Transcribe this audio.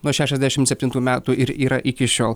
nuo šešiadešimt septintų metų ir yra iki šiol